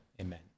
amen